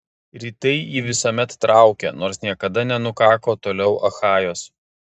rytai jį visuomet traukė nors niekada nenukako toliau achajos